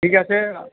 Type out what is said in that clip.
ঠিক আছে